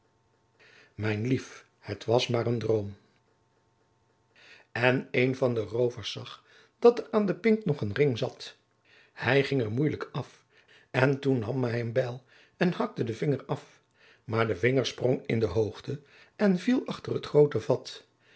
mijn lief het was maar een droom en een van de roovers zag dat er aan de pink nog een ring zat hij ging er moeielijk af en toen nam hij een bijl en hakte den vinger af maar de vinger sprong in de hoogte en viel achter het groote vat